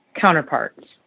counterparts